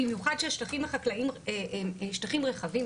במיוחד שהשטחים החקלאיים הם שטחים רחבים.